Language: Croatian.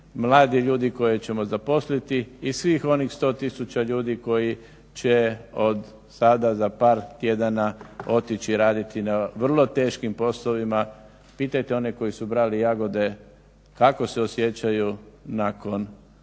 mladi ljudi koje ćemo zaposliti i svih onih 100000 ljudi koji će od sada za par tjedana otići raditi na vrlo teškim poslovima. Pitajte one koji su brali jagode kako se osjećaju nakon